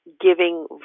giving